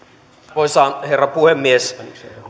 arvoisa herra puhemies